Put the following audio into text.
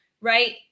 right